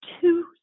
two